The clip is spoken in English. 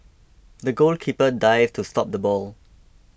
the goalkeeper dived to stop the ball